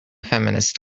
feminist